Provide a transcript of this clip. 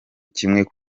kimwe